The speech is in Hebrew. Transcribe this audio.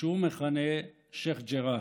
מה שהוא מכנה שייח' ג'ראח.